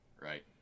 right